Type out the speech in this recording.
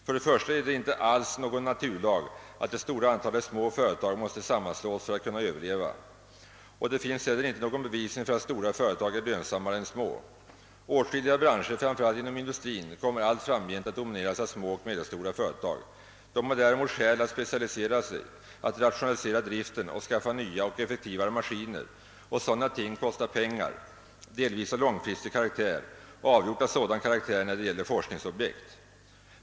För det första är det icke alls någon naturlag att det stora antalet små företag måste sammanslås för att kunna överleva. Och det finns heller inte någon bevisning för att stora företag är lönsammare än små. Åtskilliga branscher, framför allt inom industrin, kommer allt framgent att domineras av små och medelstora företag. De har däremot skäl att specialisera sig, att rationalisera driften och skaffa nya och effektivare maskiner, och sådana ting kostar pengar, delvis av långfristig karaktär och avgjort av sådan karaktär när det gäller forskningsobjekt.